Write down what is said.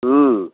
हूँ